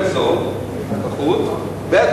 יותר זול בחוץ, ב.